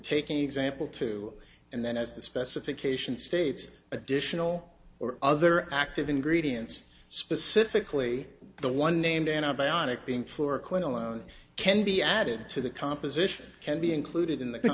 taking example two and then as the specification states additional or other active ingredients specifically the one named antibiotic being floor quite alone can be added to the composition can be included in the